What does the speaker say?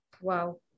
wow